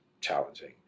challenging